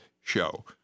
show